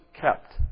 kept